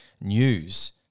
news